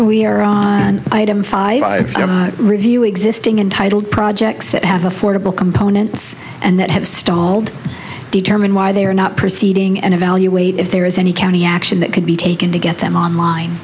we are on an item five review existing untitled projects that have affordable components and that have stalled determine why they are not proceeding and evaluate if there is any county action that could be taken to get them online